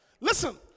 Listen